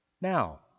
Now